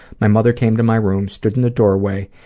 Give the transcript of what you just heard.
my mother came to my room, stood in the doorway,